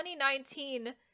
2019